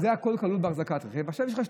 אבל זה הכול כלול באחזקת רכב.